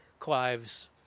Clives